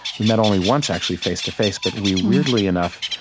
we met only once, actually, face-to-face, but we weirdly enough,